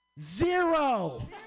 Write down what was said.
Zero